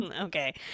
Okay